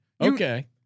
Okay